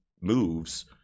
moves